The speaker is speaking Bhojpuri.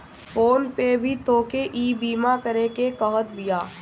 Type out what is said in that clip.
फ़ोन पे भी तोहके ईबीमा करेके कहत बिया